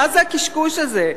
מה זה הקשקוש הזה?